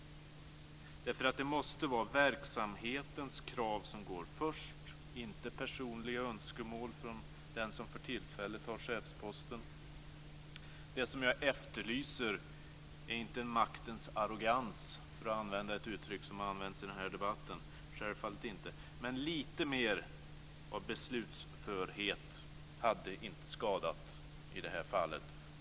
Det måste vara verksamhetens krav som går först, inte personliga önskemål från den som för tillfället har chefsposten. Det jag efterlyser är inte maktens arrogans, för att använda ett uttryck som har använts i den här debatten - självfallet inte. Men lite mer av beslutsförhet hade inte skadat i det här fallet.